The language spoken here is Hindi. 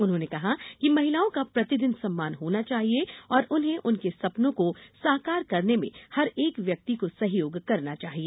उन्होंने कहा कि महिलाओं का प्रतिदिन सम्मान होना चाहिए और उन्हें उनके सपनों को साकार करने में हरेक व्यक्ति को सहयोग करना चाहिए